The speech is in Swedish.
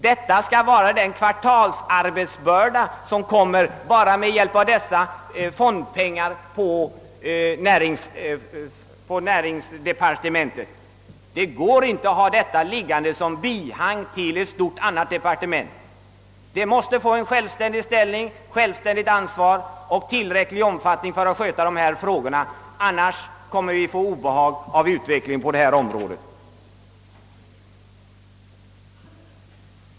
Det blir den kvartalsarbetsbörda som näringsdepartementet får enbart med dessa fondpengar. Det går inte att ha detta som bihang till ett stort annat departement. Det måste vara ett särskilt departement med självständig ställning, självständigt ansvar och tillräcklig omfattning för att sköta dessa frågor, annars kommer vi att få obehag av utvecklingen på detta område.